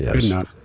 Yes